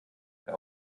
wer